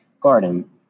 garden